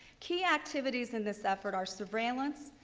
key activities in this effort are surveillance,